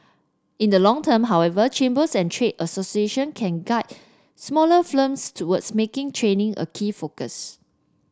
in the long term however chambers and trade association can guide smaller firms towards making training a key focus